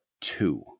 two